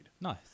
Nice